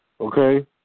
Okay